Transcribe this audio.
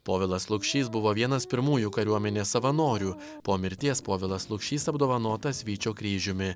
povilas lukšys buvo vienas pirmųjų kariuomenės savanorių po mirties povilas lukšys apdovanotas vyčio kryžiumi